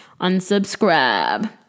unsubscribe